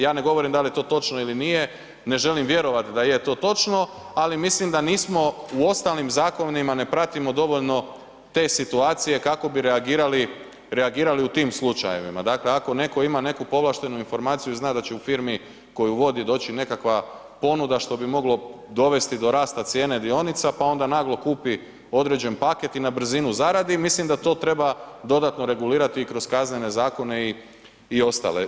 Ja ne govorim da li je to točno ili nije, ne želim vjerovati da je to točno, ali mislim da nismo u ostalim zakonima ne pratimo dovoljno te situacije kako bi reagirali u tim slučajevima, dakle ako netko ima neku povlaštenu informaciju, zna da će u firmi koju vodi doći nekakva ponuda, što bi moglo dovesti do rasta cijene dionica pa onda naglo kupi određen paket i na brzinu zaradi, mislim da to treba dodatno regulirati i kroz kaznene zakone i ostale.